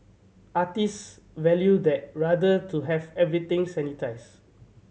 artists value that rather to have everything sanitised